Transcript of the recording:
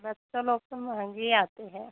बच्चा लोग तो महंगी आती है